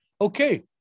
Okay